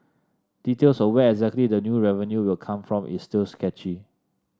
details of where exactly the new revenue will come from is still sketchy